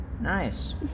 Nice